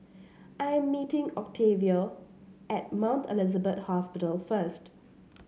I am meeting Octavio at Mount Elizabeth Hospital first